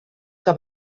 que